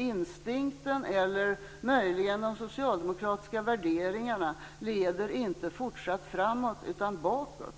Instinkten - eller möjligen de socialdemokratiska värderingarna - leder inte fortsatt framåt utan bakåt.